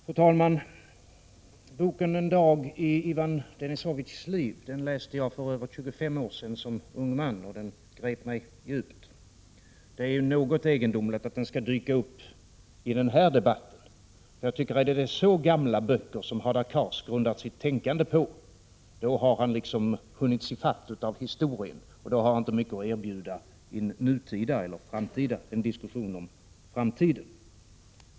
Fru talman! Boken En dag i Ivan Denisovitjs liv läste jag som ung man för mer än 25 år sedan. Den grep mig djupt. Det är något egendomligt att boken skall dyka upp i den här debatten. Är det så gamla böcker som Hadar Cars grundar sitt tänkande på, har han liksom hunnits i fatt av historien. Då har han inte mycket att erbjuda i en diskussion om framtiden.